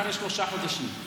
אחרי שלושה חודשים.